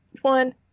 one